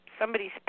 somebody's